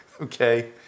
okay